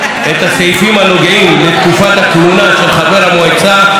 את הסעיפים הנוגעים לתקופת הכהונה של חבר המועצה,